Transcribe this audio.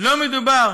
לא מדובר,